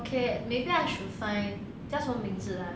okay maybe I should find 叫什么名字 ah